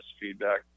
feedback